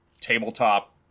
tabletop